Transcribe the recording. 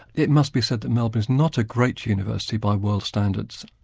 it must be said that melbourne is not a great university by world standards.